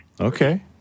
Okay